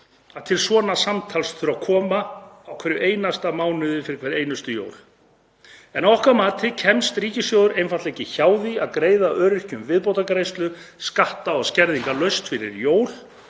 að til svona samtals þurfi að koma mánuði fyrir hver einustu jól. En að okkar mati kemst ríkissjóður einfaldlega ekki hjá því að greiða öryrkjum viðbótargreiðslu, skatta- og skerðingarlaust, fyrir jól